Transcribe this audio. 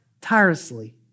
tirelessly